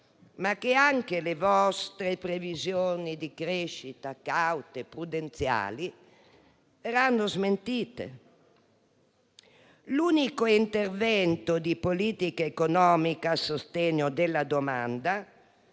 smentite anche le vostre previsioni di crescita caute e prudenziali. L'unico intervento di politica economica a sostegno della domanda